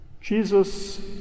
Jesus